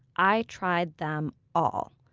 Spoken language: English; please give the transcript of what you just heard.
i tried them all.